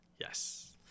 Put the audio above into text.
Yes